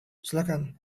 silakan